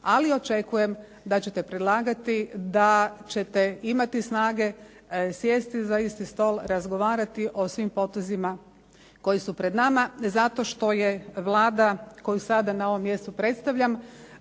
ali očekujem da ćete predlagati, da ćete imati snage sjesti za isti stol, razgovarati o svim potezima koji su pred nama, zato što je Vlada koju sada na ovom mjestu predstavljam